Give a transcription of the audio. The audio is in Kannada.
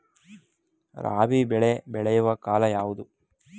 ರಾಬಿ ಬೆಳೆ ಬೆಳೆಯುವ ಕಾಲ ಯಾವುದು?